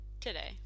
Today